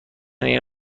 این